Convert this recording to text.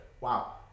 Wow